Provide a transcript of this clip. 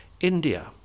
India